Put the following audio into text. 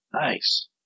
Nice